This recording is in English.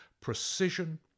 precision